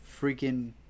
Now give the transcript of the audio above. freaking